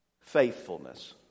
faithfulness